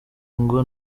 ngo